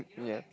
yup